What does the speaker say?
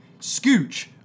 scooch